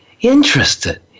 interested